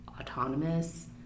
autonomous